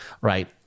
right